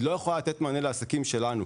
היא לא יכולה לתת מענה לעסקים שלנו.